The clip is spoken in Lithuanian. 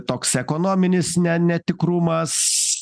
toks ekonominis ne netikrumas